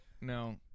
no